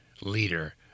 leader